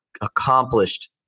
accomplished